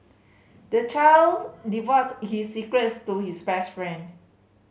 the child divulged his secrets to his best friend